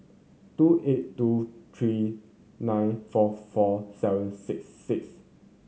two eight two three nine four four seven six six